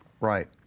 Right